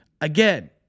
again